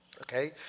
okay